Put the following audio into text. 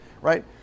right